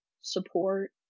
support